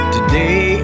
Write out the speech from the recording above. Today